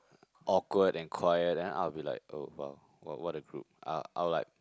awkward and quiet then I'll be like oh !wow! what what a group I'll I'll like